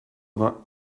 vingt